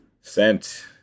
Sent